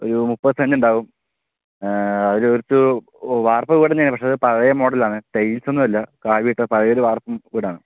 ഒരു മുപ്പതുസെൻറ് ഉണ്ടാവും അതുകുറച്ചു വാർപ്പ് വീട് തന്നെയാണ് പക്ഷെ ഒരു പഴയ മോഡൽ ആണ് ടൈൽസ് ഒന്നുമല്ല കാവിയിട്ട പഴയൊരു വാർപ്പ് വീടാണ്